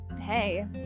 hey